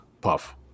puff